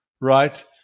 right